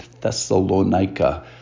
Thessalonica